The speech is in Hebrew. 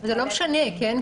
זה לא משנה, כן?